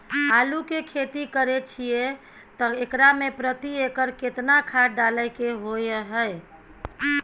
आलू के खेती करे छिये त एकरा मे प्रति एकर केतना खाद डालय के होय हय?